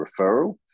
referral